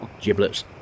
Giblets